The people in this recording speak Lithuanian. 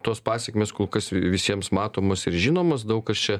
tos pasekmės kol kas visiems matomos ir žinomos daug kas čia